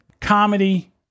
comedy